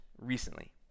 recently